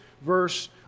verse